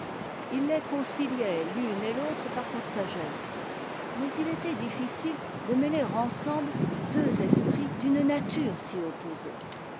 il les conciliait l'une et l'autre par sa sagesse mais il était difficile de mêler ensemble deux esprits d'une nature si opposée